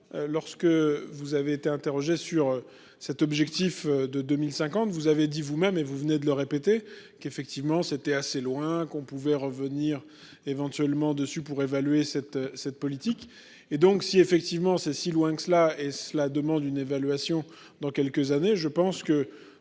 Lorsque vous avez été interrogée sur cet objectif de 2050. Vous avez dit vous-même et vous venez de le répéter qu'effectivement c'était assez loin, qu'on pouvait revenir éventuellement dessus pour évaluer cette cette politique et donc, si effectivement c'est si loin que cela, et cela demande une évaluation dans quelques années, je pense que